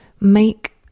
make